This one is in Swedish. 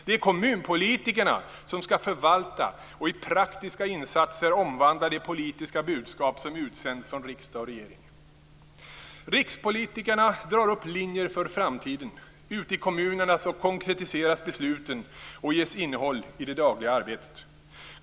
Det är kommunpolitikerna som skall förvalta och i praktiska insatser omvandla det politiska budskap som utsänds från riksdag och regering. Rikspolitikerna drar upp linjer för framtiden. Ute i kommunerna konkretiseras besluten och ges innehåll i det dagliga arbetet.